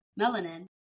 melanin